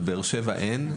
ובבאר שבע אין,